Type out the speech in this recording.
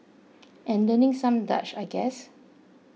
and learning some Dutch I guess